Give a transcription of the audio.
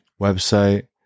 website